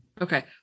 okay